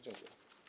Dziękuję.